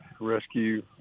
rescue